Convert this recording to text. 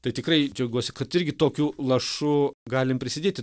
tai tikrai džiaugiuosi kad irgi tokiu lašu galim prisidėti